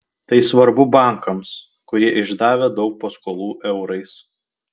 tai svarbu bankams kurie išdavę daug paskolų eurais